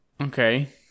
Okay